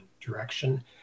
direction